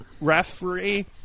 referee